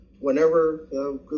whenever